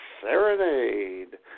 Serenade